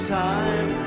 time